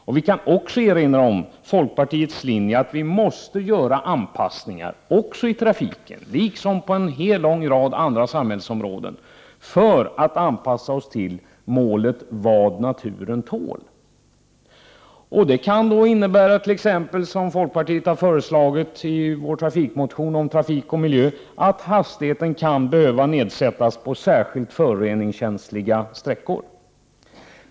Jag kan också erinra om folkpartiets linje, som innebär att det måste göras anpassningar i trafiken liksom på en lång rad andra samhällsområden för att anpassa oss till målet ”vad naturen tål”. Det kan t.ex. innebära, som vi i folkpartiet har föreslagit i vår motion om trafik och miljö, att hastigheten kan behöva nedsättas på särskilt föroreningskänsliga sträckor.